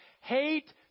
hate